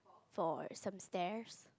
for some stares